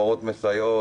מורות מסייעות,